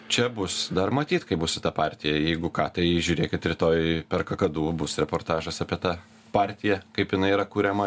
čia bus dar matyt kaip bus su ta partija jeigu ką tai žiūrėkit rytoj per kakadu bus reportažas apie tą partiją kaip jinai yra kuriama